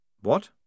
What